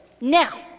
Now